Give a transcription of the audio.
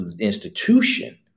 institution